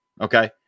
okay